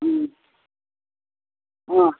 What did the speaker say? अँ